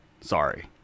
sorry